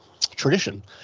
tradition